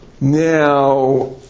Now